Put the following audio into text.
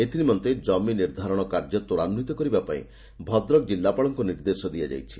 ଏଥିନିମନ୍ତେ ଜମି ନିର୍ଦ୍ଧାରଣ କାର୍ଯ୍ୟ ତ୍ୱରାନ୍ୱିତ କରିବା ପାଇଁ ଭଦ୍ରକ ଜିଲ୍ଲାପାଳଙ୍କୁ ନିର୍ଦ୍ଦେଶ ଦିଆଯାଇଛି